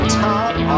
top